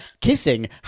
kissing